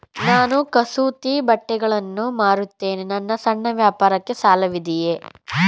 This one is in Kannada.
ನಾನು ಕಸೂತಿ ಬಟ್ಟೆಗಳನ್ನು ಮಾರುತ್ತೇನೆ ನನ್ನ ಸಣ್ಣ ವ್ಯಾಪಾರಕ್ಕೆ ಸಾಲವಿದೆಯೇ?